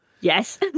Yes